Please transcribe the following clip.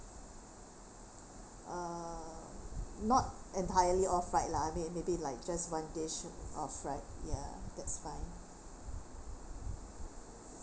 uh not entirely all fried lah I mean maybe like just one dish of fried ya that's fine